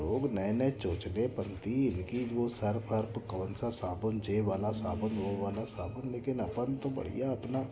लोग नए नए चोंचलेपन्ती इनकी वो सर्फ हर्फ कौन सा साबुन ये वाला साबुन वो वाला साबुन लेकिन अपन तो बढ़िया अपना